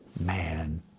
man